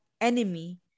enemy